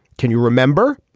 can you remember.